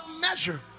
measure